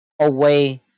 away